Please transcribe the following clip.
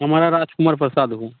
हमारा राजकुमार प्रसाद हूँ